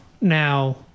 now